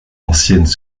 anciennes